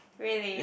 really